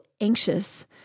anxious